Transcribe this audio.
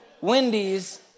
Wendy's